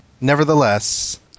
Nevertheless